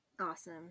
awesome